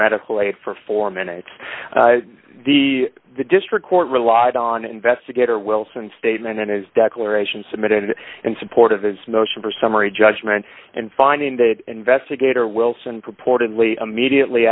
medical aid for four minutes the district court relied on investigator wilson's statement and his declaration submitted in support of his motion for summary judgment and finding that investigator wilson purportedly immediately